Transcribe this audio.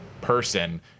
person